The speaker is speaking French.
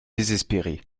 désespéré